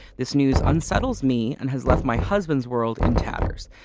this news unsettles me and has left my husband's world in tatters.